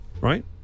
Right